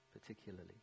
particularly